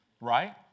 right